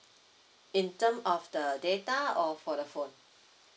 in term of the data or for the phone